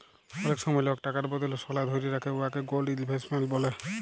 অলেক সময় লক টাকার বদলে সলা ধ্যইরে রাখে উয়াকে গোল্ড ইলভেস্টমেল্ট ব্যলে